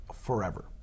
forever